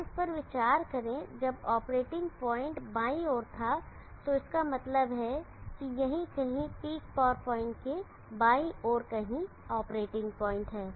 अब इस पर विचार करें जब ऑपरेटिंग पॉइंट बाईं ओर था तो इसका मतलब है कि यहीं कहीं पीक पावर पॉइंट के बाईं ओर कहीं ऑपरेटिंग पॉइंट है